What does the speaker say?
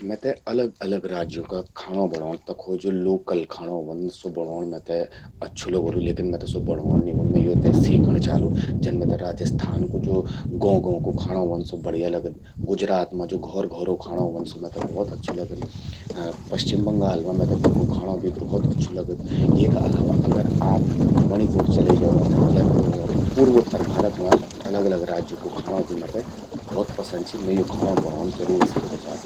मेते अलग अलग राज्यों का खाणों बणौंण, तखो ज्वो लोकल खाणों व्हंद, स्वो बणौंण मेते अच्छू लगोलू लेकिन मेते स्वो बणौंण नि ऊंद। मैं येते सीखण चालु। जन मेते राजस्थान कु ज्वो गौं गौं कु खाणों व्हंद, मेते स्वो बणिया लगद। गुजरात मां ज्वो घौर घौरो खाणों व्हंद, मेते स्वो भौत अच्छू लगद। पश्चिम बंगाल मां मेते तखो खाणो भी भौत अच्छू लगद। येका अलावा अगर आप मणिपुर चलि जावा या पूर्वोत्तर भारत मां अलग अलग राज्यों कू खाणों भि मेते भौत पसंद चि। मैं यो खाणो बणौण जरूर सीखण चालु।